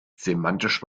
semantisch